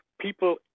people